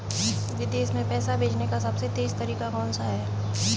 विदेश में पैसा भेजने का सबसे तेज़ तरीका कौनसा है?